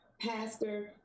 pastor